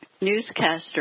newscaster